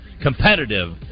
competitive